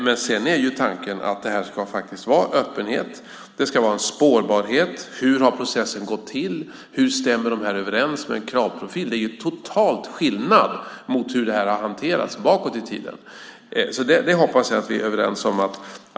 Tanken är dock att det ska vara öppenhet och spårbarhet i hur processen har gått till och hur de sökande stämmer överens med kravprofilen. Det är en to-tal skillnad mot hur det har hanterats bakåt i tiden. Jag hoppas att vi är överens om det.